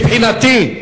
מבחינתי,